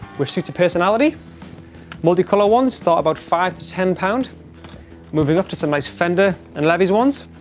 which suits of personality multicolored ones thought about five to ten pound moving up to somebody fender and levees ones